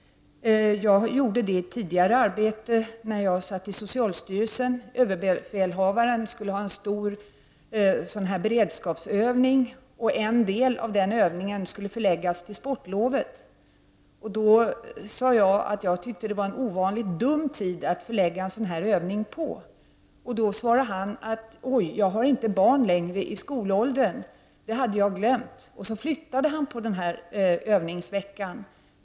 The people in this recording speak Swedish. Jag gjorde det i mitt tidigare arbete i socialstyrelsen. Överbefälhavaren skulle ha en stor beredskapsövning, och en del av övningen skulle förläggas till sportlovet. Jag sade då att det var en ovanligt dum tid att förlägga en sådan övning till, och han svarade: Oj! Jag har inte längre barn i skolåldern, så det hade jag glömt. Han flyttade på övningsveckan.